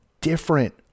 different